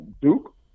duke